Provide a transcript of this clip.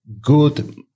good